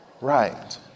right